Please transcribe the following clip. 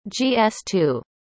GS2